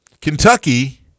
Kentucky